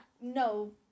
No